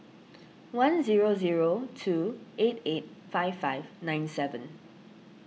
one zero zero two eight eight five five nine seven